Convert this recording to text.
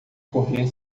correr